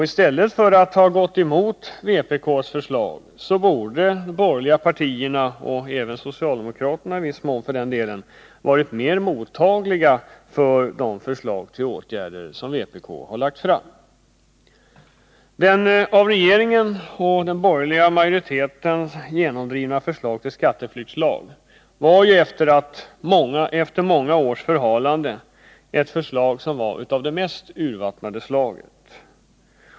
I stället för att ha gått emot vpk:s förslag borde de borgerliga partierna — och för den delen i viss mån även socialdemokraterna — ha varit mer mottagliga för de förslag till åtgärder som vpk lagt fram. Det av regeringen och den borgerliga majoriteten genomdrivna förslaget - till skatteflyktslag var efter många års förhalande ett förslag av det mest urvattnade slaget.